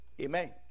Amen